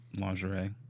lingerie